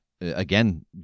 Again